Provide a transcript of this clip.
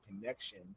connection